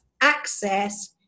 access